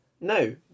No